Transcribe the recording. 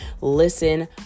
listen